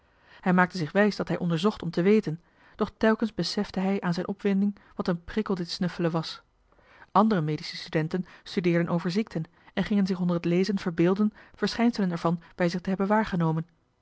hij maakte zich wijs dat hij onderzocht om te weten doch telkens besefte hij aan zijn opwinding wat een prikkel dit snuffelen was andere medische studenten studeerden over ziekten en gingen zich onder het lezen verbeelden verschijnselen ervan bij zich te hebben waargenomen